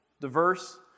diverse